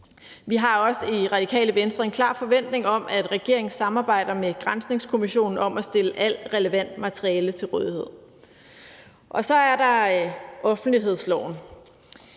Vi har også i Radikale Venstre en klar forventning om, at regeringen samarbejder med Granskningskommissionen om at stille alt relevant materiale til rådighed. Så er der offentlighedsloven.